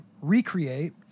recreate